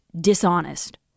dishonest